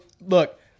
look